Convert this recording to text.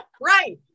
right